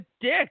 dick